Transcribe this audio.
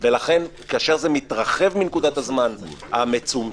ולכן כאשר זה מתרחב מנקודת הזמן המצומצמת,